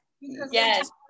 yes